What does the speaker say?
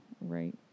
Right